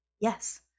yes